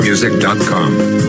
Music.com